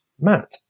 Matt